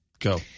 Go